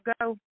go